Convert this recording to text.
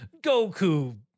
Goku